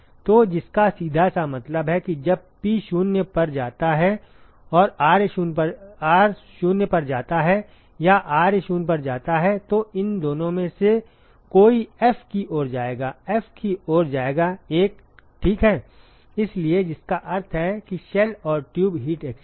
तो जिसका सीधा सा मतलब है कि जब P 0 पर जाता है और R 0 पर जाता है या R 0 पर जाता है तो इन दोनों में से कोई F की ओर जाएगा F की ओर जाएगा 1 ठीक है इसलिए जिसका अर्थ है कि शेल और ट्यूब हीट एक्सचेंजर